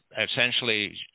essentially